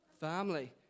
family